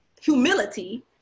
humility